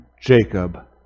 Jacob